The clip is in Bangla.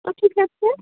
তো ঠিক আছে